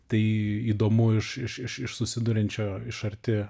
tai įdomu iš iš iš iš susiduriančio iš arti